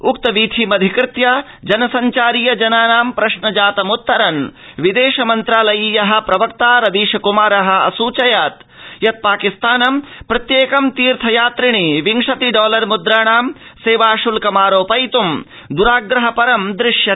उक्त वीथीमधिकृत्य जनसंचारीय जनानां प्रश्नजातमुत्तरन् विदेश मन्त्रालयीयः प्रवक्ता रवीश कुमारः असुचयत् यत् पाकिस्तानं प्रत्येक तीर्थयात्रिणि विंशति डॉलर मुद्राणा सेवाशुल्कमारोपथित ं दराग्रह परं दृश्यते